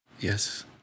Yes